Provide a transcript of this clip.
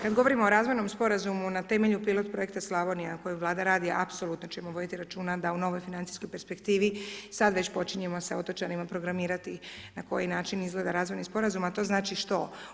Kad govorimo o razvojnom sporazumu na temelju Pilot projekta Slavonija koji Vlada radi, apsolutno ćemo voditi računa da u novoj financijskoj perspektivi, sad već počinjemo sa otočanima programirati na koji način izgleda razvojni sporazum, a to znači što?